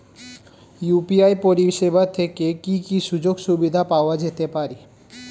UPI পরিষেবা থেকে কি কি সুযোগ সুবিধা পাওয়া যেতে পারে?